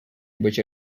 which